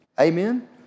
Amen